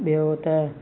ॿियो त